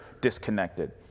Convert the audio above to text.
disconnected